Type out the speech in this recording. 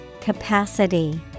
Capacity